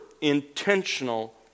intentional